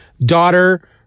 daughter